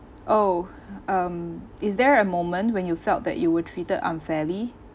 oh um is there a moment when you felt that you were treated unfairly